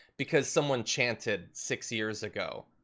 because someone chanted six years ago.